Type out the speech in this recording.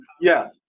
Yes